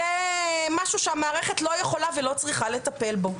זה משהו שהמערכת לא יכולה ולא צריכה לטפל בו.